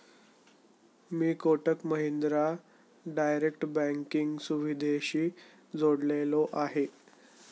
मी Kotak Mahindra direct banking सुविधेशी जोडलेलो आहे?